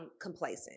complacent